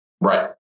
Right